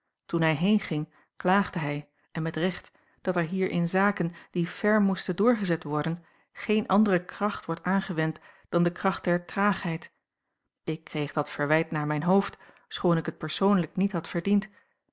toen hij heenging klaagde hij en met recht dat er hier in zaken die ferm moesten doorgezet worden geen andere kracht wordt aangewend dan de kracht der traagheid ik kreeg dat verwijt naar mijn hoofd schoon ik het persoonlijk niet had verdiend